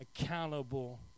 accountable